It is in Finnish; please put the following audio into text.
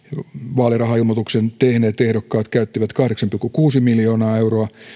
vaalirahailmoituksen tehneet ehdokkaat käyttivät kahdeksan pilkku kuusi miljoonaa euroa